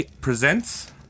Presents